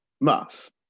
Muff